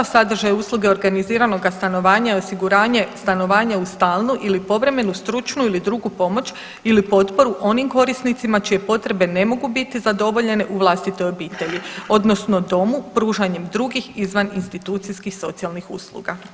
Sadržaj usluge organiziranoga stanovanja i osiguranje stanovanja uz stalnu ili povremenu stručnu ili drugu pomoć ili potporu onim korisnicima čije potrebe ne mogu biti zadovoljene u vlastitoj obitelji odnosno domu, pružanjem drugih izvan institucijskih socijalnih usluga.